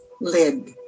lid